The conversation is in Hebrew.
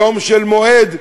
ליום של מועד,